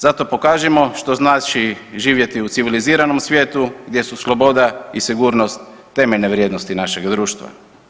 Zato pokažimo što znači živjeti u civiliziranom svijetu gdje su sloboda i sigurnost temeljne vrijednosti našeg društva.